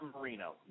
Marino